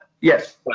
yes